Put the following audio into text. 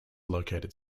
located